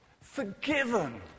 forgiven